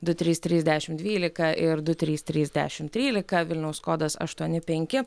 du trys trys dešim dvylika ir du trys trys dešim trylika vilniaus kodas aštuoni penki